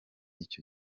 icyo